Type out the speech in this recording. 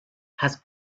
has